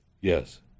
Yes